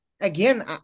again